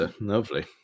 Lovely